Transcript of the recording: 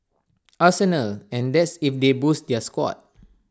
arsenal and that's if they boost their squad